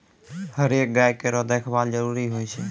हरेक गाय केरो देखभाल जरूरी होय छै